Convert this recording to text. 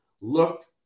looked